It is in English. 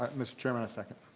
ah mr. chairman, i second.